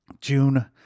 June